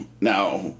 now